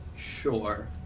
Sure